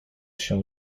się